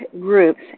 groups